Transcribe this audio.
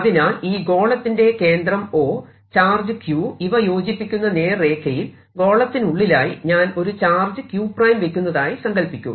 അതിനാൽ ഈ ഗോളത്തിന്റെ കേന്ദ്രം O ചാർജ് q ഇവ യോജിപ്പിക്കുന്ന നേർരേഖയിൽ ഗോളത്തിനുള്ളിലായി ഞാൻ ഒരു ചാർജ് q വെക്കുന്നതായി സങ്കൽപ്പിക്കുക